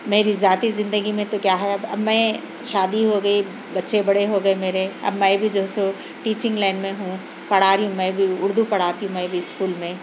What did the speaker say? میری ذاتی زندگی میں تو کیا ہے اب اب میں شادی ہو گئی بچے بڑے ہو گئے میرے اب میں بھی جو ہے سو ٹیچنگ لائن میں ہوں پڑھا رہی میں بھی اُردو پڑھاتی میں بھی اسکول میں